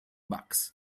bucks